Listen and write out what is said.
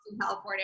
California